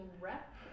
rep